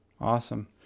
Awesome